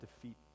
defeat